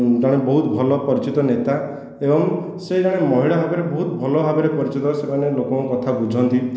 ଜଣେ ବହୁତ ଭଲ ପରିଚିତ ନେତା ଏବଂ ସେ ଜଣେ ମହିଳା ଭାବରେ ବହୁତ ଭଲ ଭାବରେ ପରିଚିତ ସେମାନେ ଲୋକଙ୍କ କଥା ବୁଝନ୍ତି